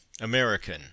American